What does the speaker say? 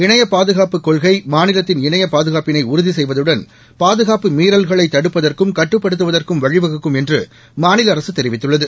இணைய பாதுகாப்புக் கொள்கை மாநிலத்தின் இணைய பாதுகாப்பினை உறுதி செய்வதுடன் பாதுகாப்பு மீறல்களை தடுப்பதற்கும் கட்டுப்படுத்துவதற்கும் வழிவகுக்கும் என்று மாநில அரசு தெரிவித்துள்ளது